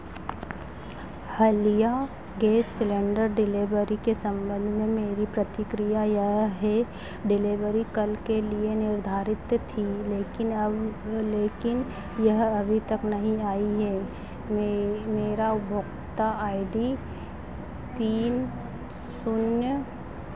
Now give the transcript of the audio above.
हालिया gas cylinder delivery के संबंध में मेरी प्रतिक्रिया यह है डिलीवरी कल के लिए निर्धारित थी लेकिन अब लेकिन यह अभी तक नहीं आई है मे मेरा उपभोक्ता आई डी तीन शून्य